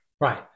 Right